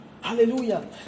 Hallelujah